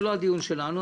זה לא הדיון שלנו,